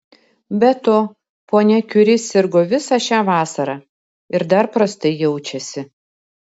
be to ponia kiuri sirgo visą šią vasarą ir dar prastai jaučiasi